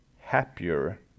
happier